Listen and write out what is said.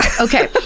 Okay